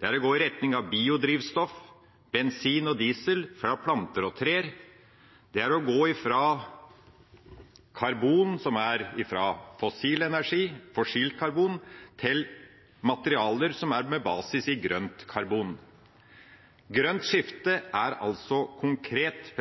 i retning av biodrivstoff: bensin og diesel fra planter og trær. Det er å gå fra karbon som er fra fossil energi – fossilt karbon – til materialer med basis i grønt karbon. Grønt skifte er altså konkret.